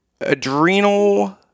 adrenal